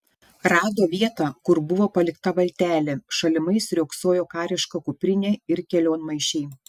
rado vietą kur buvo palikta valtelė šalimais riogsojo kariška kuprinė ir kelionmaišiai